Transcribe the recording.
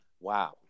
Wow